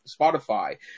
Spotify